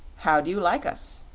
how do you like us?